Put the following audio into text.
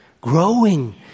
Growing